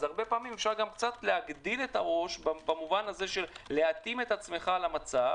אז הרבה פעמים אפשר גם קצת להגדיל את הראש ולהתאים את עצמך למצב,